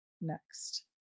next